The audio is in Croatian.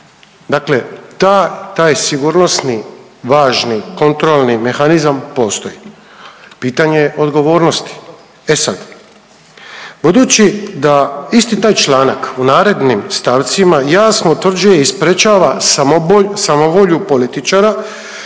dakle taj sigurnosni važni, kontrolni mehanizam postoji, pitanje je odgovornosti. E sad, budući da isti taj članak u narednim stavcima jasno utvrđuje i sprječava samovolju političara